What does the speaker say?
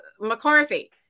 mccarthy